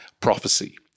prophecy